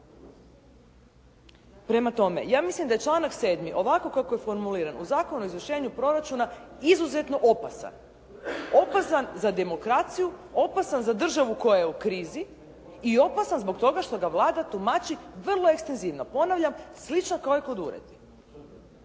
Prema tome, ja mislim da je članak 7. ovako kako je formuliran u Zakonu o izvršenju proračuna izuzetno opasan. Opasan za demokraciju, opasan za državu koja je u krizi i opasan zbog toga što ga Vlada tumači vrlo ekstenzivno. Ponavljam, slično kao i kod uredbi.